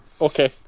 Okay